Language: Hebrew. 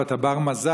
אתה בר-מזל,